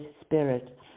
spirit